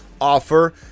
Offer